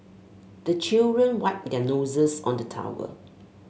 the children wipe their noses on the towel